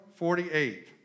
48